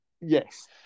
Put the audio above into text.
Yes